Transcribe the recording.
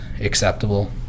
acceptable